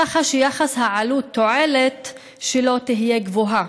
כך שיחס העלות תועלת שלו יהיה גבוה,